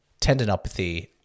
tendinopathy